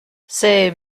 c’est